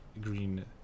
green